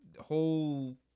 whole